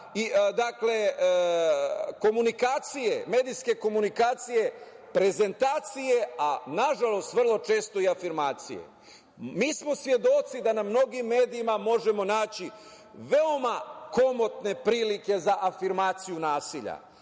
drugih oblika, medijske komunikacije, prezentacije, a nažalost vrlo često i afirmacije. Mi smo svedoci da na mnogim medijima možemo naći veoma komotne prilike za afirmaciju nasilja,